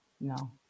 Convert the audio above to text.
No